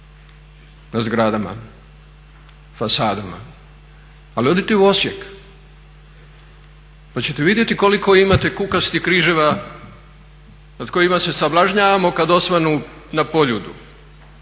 na zgradama, fasadama, ali odite u Osijek pa ćete vidjeti koliko imate kukastih križeva nad kojima se sablažnjavamo kad osvanu na Poljudu.